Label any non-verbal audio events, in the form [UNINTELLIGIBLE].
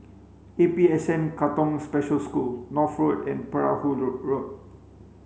A P S N Katong Special School North food and Perahu [UNINTELLIGIBLE] Road